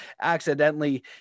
accidentally